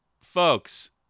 folks